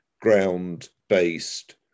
ground-based